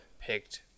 picked